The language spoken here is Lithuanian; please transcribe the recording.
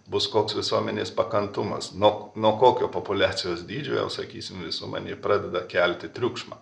bus koks visuomenės pakantumas nuok nuo kokio populiacijos dydžio sakysim visuomenė pradeda kelti triukšmą